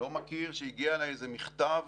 אני לא מכיר שהגיע אליי מכתב